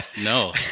no